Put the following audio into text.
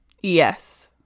Yes